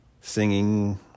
singing